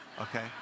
Okay